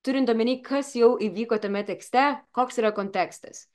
turint omeny kas jau įvyko tame tekste koks yra kontekstas